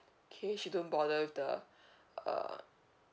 okay she don't bother with the uh